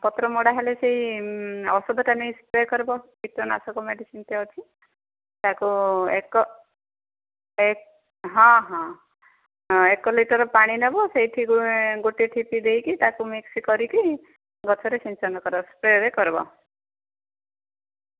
ପତ୍ର ମଡ଼ା ହେଲେ ସେଇ ଔଷଧଟା ନେଇ ସ୍ପ୍ରେ କରିବ କୀଟନାଶକ ମେଡ଼ିସିନ୍ଟେ ଅଛି ତାକୁ ଏକ ହଁ ହଁ ଏକ ଲିଟର ପାଣି ନେବ ସେଇଥିକୁ ଗୋଟେ ଠିପି ଦେଇକି ତାକୁ ମିକ୍ସ କରିକି ଗଛରେ ସିଞ୍ଚନ କର ସ୍ପ୍ରେରେ କରିବ